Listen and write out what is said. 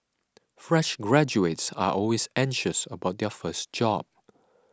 fresh graduates are always anxious about their first job